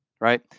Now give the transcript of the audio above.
Right